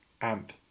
amp